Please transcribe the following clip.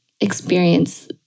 experience